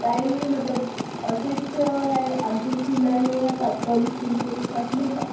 रायव्ही मतलब असेच आहे आमचं स्कूल आहे हे पाचपौली पोलिस स्टेशन पास नाही का